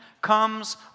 comes